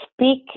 speak